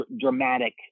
dramatic